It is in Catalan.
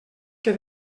que